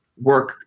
work